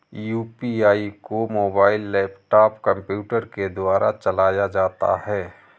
UPI को mobile laptop computer के द्वारा चलाया जाता है